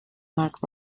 mark